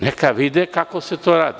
Neka vide kako se to radi.